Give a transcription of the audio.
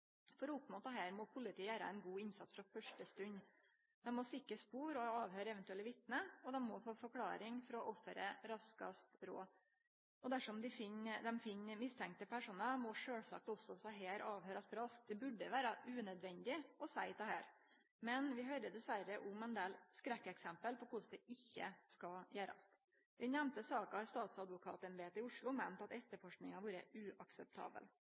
For å oppnå dette må politiet gjere ein god innsats frå første stund. Dei må sikre spor og avhøyre eventuelle vitne, og dei må få forklåring frå offeret raskast råd. Dersom dei finn mistenkte personar, må sjølvsagt desse også avhøyrast raskt. Det burde vere unødvendig å seie dette. Men vi høyrer dessverre om ein del skrekkeksempel på korleis det ikkje skal gjerast. I den nemnde saka har Statsadvokaten i Oslo meint at etterforskinga har vore uakseptabel.